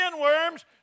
worms